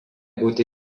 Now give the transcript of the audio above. būti